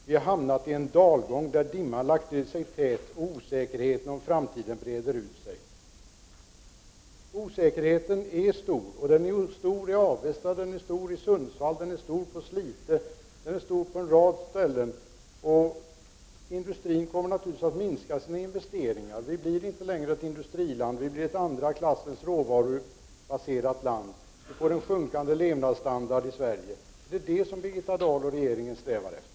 Vi har hamnat i en dalgång där dimman lagt sig tät och osäkerheten om framtiden breder ut sig.” Osäkerheten är stor. Den är stor i Avesta, i Sundsvall, i Slite och på en rad andra ställen, och industrin kommer naturligtvis att minska sina investeringar. Sverige kommer inte längre att vara ett industriland utan kommer att bli ett andra klassens råvarubaserat land. Levnadsstandarden i Sverige kommer att sjunka. Det är detta som regeringen och Birgitta Dahl strävar efter.